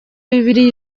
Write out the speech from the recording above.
bibiliya